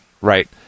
right